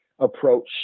approach